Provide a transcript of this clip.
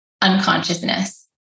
unconsciousness